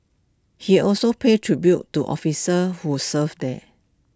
he also paid tribute to officers who served there